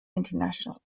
international